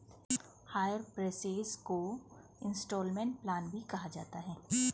higher purchase को installment plan भी कहा जाता है